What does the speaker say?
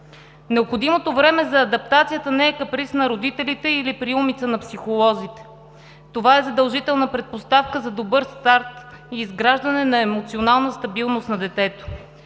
Необходимото време за адаптацията не е каприз на родителите или приумица на психолози. Това е задължителна предпоставка за добър старт и изграждане на емоционална стабилност на детето.